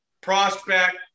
prospect